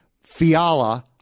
Fiala